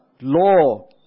law